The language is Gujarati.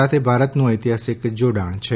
સાથે ભારતનું ઐતિહાસિક જોડાણ છે